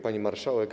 Pani Marszałek!